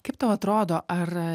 kaip tau atrodo ar